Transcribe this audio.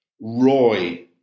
Roy